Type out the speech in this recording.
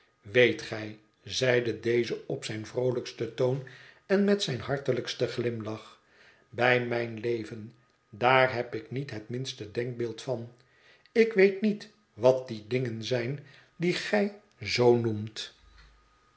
weet gij zeide deze op zijn vroolijksten toon en met zijn hartelljksten glimlach bij mijn leven daar heb ik niet het minste denkbeeld van ik weet niet wat die dingen zijn die gij zoo noemt